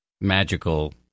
magical